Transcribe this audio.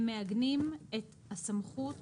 הם מעגנים את הסמכות